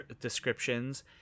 descriptions